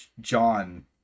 John